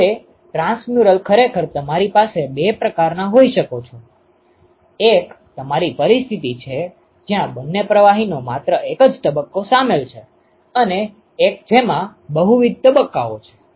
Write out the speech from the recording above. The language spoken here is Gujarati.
હવે ટ્રાંસમ્યુરલ ખરેખર તમારી પાસે બે પ્રકારનાં હોઈ શકો છો એક તમારી પરિસ્થિતિ છે જ્યાં બંને પ્રવાહીનો માત્ર એક જ તબક્કો સામેલ છે અને એક જેમાં બહુવિધ તબક્કાઓ છે